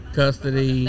custody